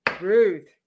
Ruth